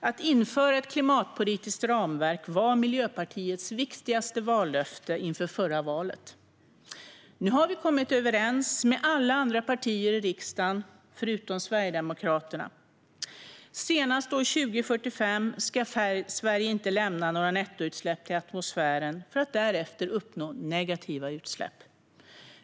Att införa ett klimatpolitiskt ramverk var Miljöpartiets viktigaste vallöfte inför förra valet. Nu har vi kommit överens med alla andra partier i riksdagen förutom Sverigedemokraterna. Senast år 2045 ska Sverige inte lämna några nettoutsläpp till atmosfären, och därefter ska vi uppnå negativa utsläpp.